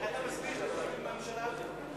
איך אתה מסביר שאתם יושבים בממשלה הזאת?